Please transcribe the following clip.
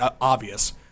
Obvious